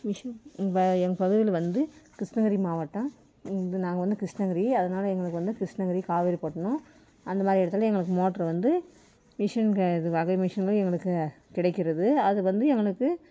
machine இப்போ எங்கள் பகுதியில் வந்து கிருஷ்ணகிரி மாவட்டம் இது நாங்கள் வந்து கிருஷ்ணகிரி அதனால் எங்களுக்கு வந்து கிருஷ்ணகிரி காவேரிப்பட்டினம் அந்தமாதிரி இடத்துல எங்களுக்கு மோட்ரு வந்து மிஷின் க வகை மிஷின்களும் எங்களுக்கு கிடைக்கிறது அது வந்து எங்களுக்கு